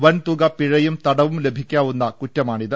വൻ തുക പിഴയും തടവും ലഭിക്കാ വുന്ന കുറ്റമാണിത്